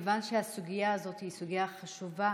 מכיוון שהסוגיה הזאת חשובה,